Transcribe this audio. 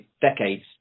decades